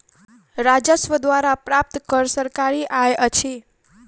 राजस्व द्वारा प्राप्त कर सरकारी आय अछि